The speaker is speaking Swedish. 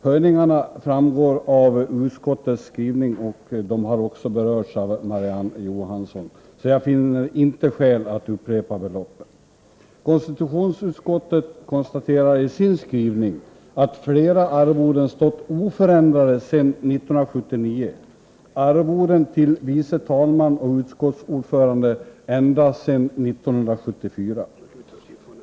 Höjningarna framgår av utskottets skrivning och har också berörts av Marie-Ann Johansson, så jag finner inte skäl att upprepa beloppen. Konstitutionsutskottet konstaterar i sin skrivning att flera arvoden varit oförändrade sedan 1979, arvoden till vice talman och utskottsordförande ända sedan 1974.